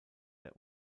der